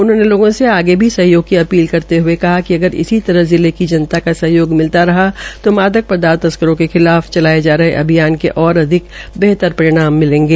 उन्होने लोगों से आगे भी सहयोग की अपील करते हये कहा कि अगर इसी तरह जिला की जनता का सहयोग मिलता रहा तो मादक पदार्थ तस्करो के खिलाफ चलाए जा रहे अभियान के और अधिक बेहतर परिणाम सामने आएगें